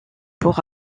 pour